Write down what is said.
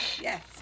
yes